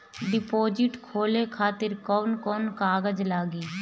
Deposit खोले खातिर कौन कौन कागज लागी?